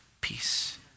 peace